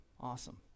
awesome